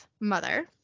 mother